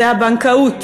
זה הבנקאות.